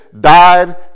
died